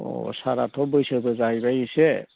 अ सारआथ' बैसोबो जाहैबाय एसे